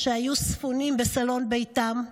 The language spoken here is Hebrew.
היו ספונים בסלון ביתם,